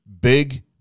Big